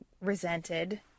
resented